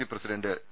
C president T